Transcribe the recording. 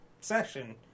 session